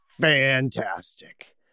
fantastic